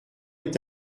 est